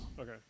Okay